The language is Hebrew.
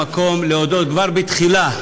זה המקום להודות כבר בתחילה,